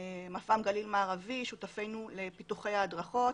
מפעם גליל מערבי שיתופינו לפיתוחי הדרכות,